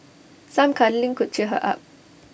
some cuddling could cheer her up